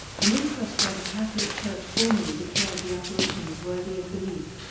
an inquest by the catholic church formally declared the apparition as worthy of belief.